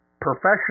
professional